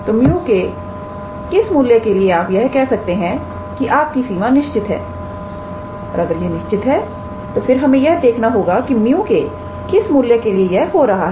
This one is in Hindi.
तो 𝜇 के किस मूल्य के लिए आप यह कह सकते हैं कि आप की सीमा निश्चित है और अगर यह निश्चित है तो फिर हमें यह देखना होगा कि 𝜇 के किस मूल्य के लिए यह हो रहा है